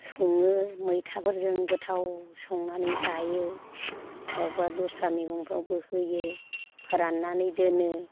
सङो मैथाफोरजों गोथाव संनानै जायो बबावबा दस्रा मैगंफ्रावबो होयो फोराननानै दोनो